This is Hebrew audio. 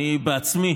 אני בעצמי,